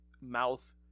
mouth